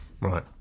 Right